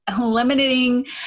eliminating